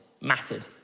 mattered